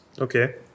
Okay